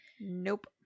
Nope